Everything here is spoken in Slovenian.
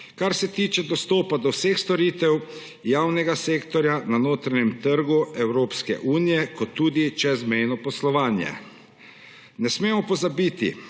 kar se tiče dostopa do vseh storitev javnega sektorja na notranjem trgu Evropske unije ter tudi čezmejnega poslovanja. Ne smemo pozabiti,